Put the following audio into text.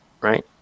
right